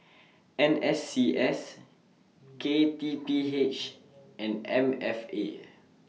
N S C S K T P H and M F A